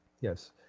yes